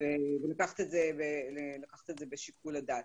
ולקחת את זה בשיקול הדעת.